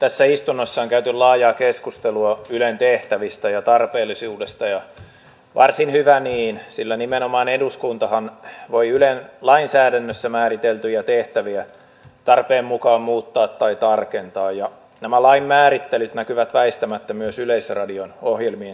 tässä istunnossa on käyty laajaa keskustelua ylen tehtävistä ja tarpeellisuudesta ja varsin hyvä niin sillä nimenomaan eduskuntahan voi ylen lainsäädännössä määriteltyjä tehtäviä tarpeen mukaan muuttaa tai tarkentaa ja nämä lain määrittelyt näkyvät väistämättä myös yleisradion ohjelmien sisällössä